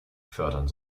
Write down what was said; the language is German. fördern